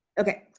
okay.